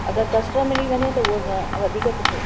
अगरि कस्टर्ड मिली वञे त उहो वधीक सुठो